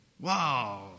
Wow